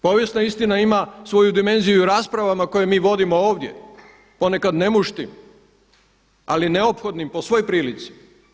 Povijesna istina ima svoju dimenziju u raspravama koje mi vodimo ovdje ponekad nemuštim, ali neophodnim po svoj prilici.